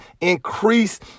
increase